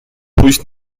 pójść